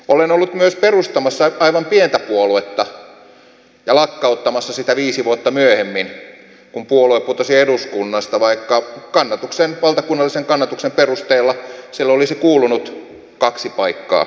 olen ollut myös perustamassa aivan pientä puoluetta ja lakkauttamassa sitä viisi vuotta myöhemmin kun puolue putosi eduskunnasta vaikka valtakunnallisen kannatuksen perusteella sille olisi kuulunut kaksi paikkaa eduskunnassa